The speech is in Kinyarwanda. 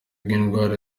bw’indwara